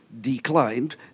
declined